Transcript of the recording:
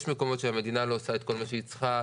יש מקומות שהמדינה לא עושה את כל מה שהיא צריכה.